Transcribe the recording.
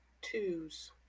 twos